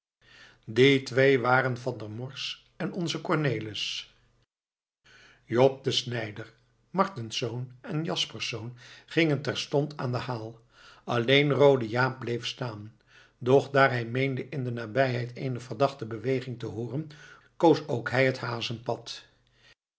die twee waren van der morsch en onze cornelis jop de snijder martensz en jaspersz gingen terstond aan den haal alleen roode jaap bleef staan doch daar hij meende in de nabijheid eene verdachte beweging te hooren koos ook hij het hazenpad